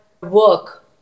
work